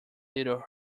little